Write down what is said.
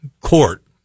court